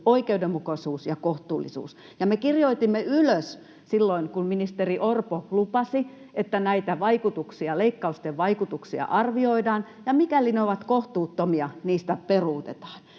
oikeudenmukaisuus ja kohtuullisuus. Me kirjoitimme nämä ylös, silloin kun ministeri Orpo lupasi, että näitä vaikutuksia, leikkausten vaikutuksia, arvioidaan, ja mikäli ne ovat kohtuuttomia, niistä peruutetaan.